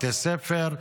בתי ספר,